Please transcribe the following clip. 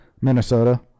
Minnesota